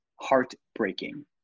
heartbreaking